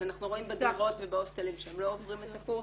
אז אנחנו רואים בדירות ובהוסטלים שהם לא עוברים את הקורס.